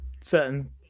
certain